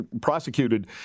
prosecuted